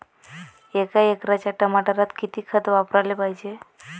एका एकराच्या टमाटरात किती खत वापराले पायजे?